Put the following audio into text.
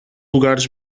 lugares